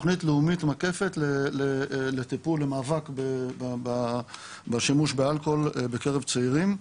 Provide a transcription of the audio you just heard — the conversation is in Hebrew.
תוכנית לאומית מקפת לטיפול במאבק בשימוש באלכוהול בקרב צעירים.